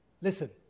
listen